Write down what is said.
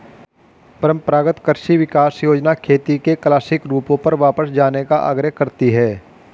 परम्परागत कृषि विकास योजना खेती के क्लासिक रूपों पर वापस जाने का आग्रह करती है